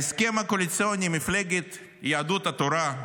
ההסכם הקואליציוני עם מפלגת יהדות התורה,